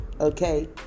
okay